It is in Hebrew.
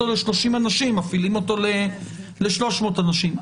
ל-30 אנשים אלא מפעילים אותו ל-300 אנשים.